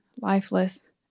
lifeless